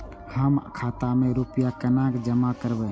हम खाता में रूपया केना जमा करबे?